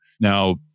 Now